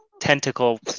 tentacle